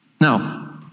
Now